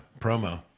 promo